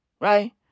Right